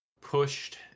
pushed